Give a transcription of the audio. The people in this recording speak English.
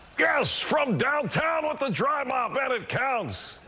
grouse from downtown want to drive my ballot counts.